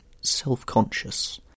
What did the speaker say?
self-conscious